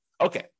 Okay